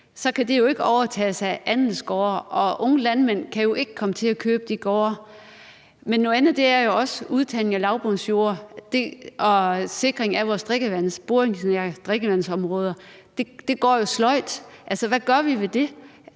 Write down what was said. ske, ved at de overtages af andelsgårde, og unge landmænd kan jo ikke komme til at købe de gårde. Men noget andet er jo også udtagningen af lavbundsjorde og sikringen af vores drikkevand ved boringsnære beskyttelsesområder. Det går jo sløjt. Hvad gør vi ved det,